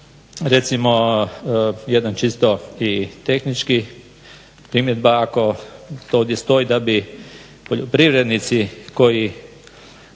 recimo jedan čisto i tehnički primjedba ako to ovdje stoji da bi poljoprivrednici koji